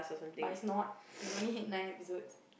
but it's not it's only nine episodes